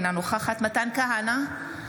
אינה נוכחת מתן כהנא,